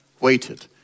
waited